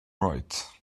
right